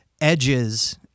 edges